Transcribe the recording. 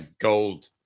Gold